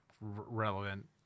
relevant